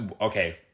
Okay